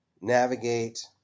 navigate